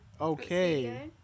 Okay